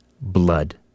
blood